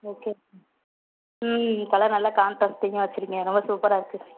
okay colour நல்லா கான்டர்ஸ்ட்டிங்காக வச்சுருக்கீங்க ரொம்ப சூப்பராகருக்கு